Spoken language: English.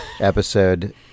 episode